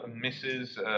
misses